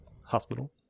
hospital